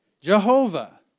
Jehovah